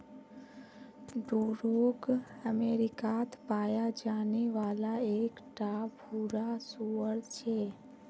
Duroc अमेरिकात पाया जाने वाला एक टा भूरा सूअर छे